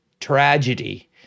tragedy